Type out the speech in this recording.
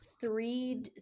three